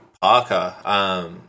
Parker